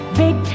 big